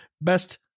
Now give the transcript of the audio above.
Best